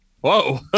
Whoa